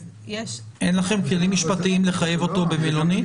אז יש --- אין לכם כלים משפטיים לחייב אותו במלונית?